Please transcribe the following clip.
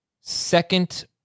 second